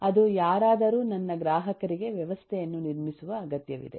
ಅದು ಯಾರಾದರೂ ನನ್ನ ಗ್ರಾಹಕರಿಗೆ ವ್ಯವಸ್ಥೆಯನ್ನು ನಿರ್ಮಿಸುವ ಅಗತ್ಯವಿದೆ